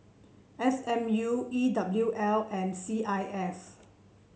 S M U E W L and C I S